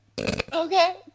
okay